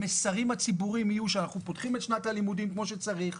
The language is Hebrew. המסרים הציבוריים יהיו שאנחנו פותחים את שנת הלימודים כמו שצריך.